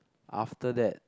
after that